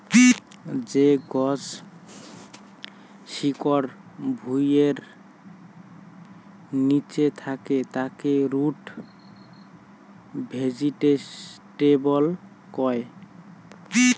যে গছ শিকড় ভুঁইয়ের নিচে থাকে তাকে রুট ভেজিটেবল কয়